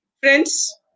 Friends